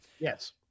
Yes